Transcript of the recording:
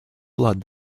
blood